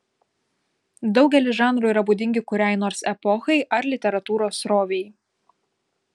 daugelis žanrų yra būdingi kuriai nors epochai ar literatūros srovei